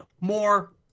more